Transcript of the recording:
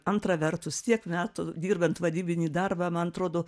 antra vertus tiek metų dirbant vadybinį darbą man atrodo